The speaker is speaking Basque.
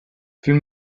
film